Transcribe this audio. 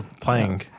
playing